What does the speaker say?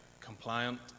compliant